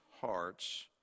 hearts